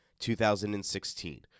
2016